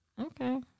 Okay